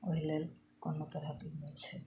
ओहि लेल कोनो तरहक छै